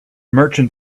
merchant